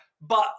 But-